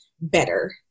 better